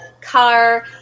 car